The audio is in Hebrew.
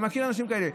אני מכיר אנשים כאלה,